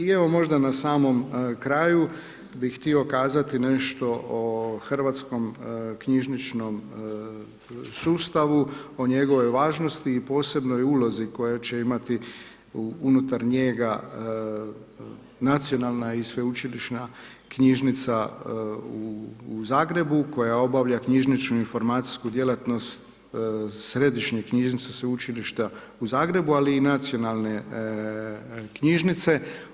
I evo možda na samom kraju bih htio kazati nešto o hrvatskom knjižničnom sustavu, o njegovoj važnosti i posebnoj ulozi koju će imati unutar njega Nacionalna i sveučilišna knjižnica u Zagrebu koja obavlja knjižničnu informacijsku djelatnost Središnje knjižnice Sveučilišta u Zagrebu ali i Nacionalne knjižnice.